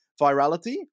virality